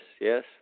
yes